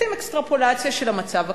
עושים אקסטרפולציה של המצב הקיים.